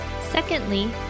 Secondly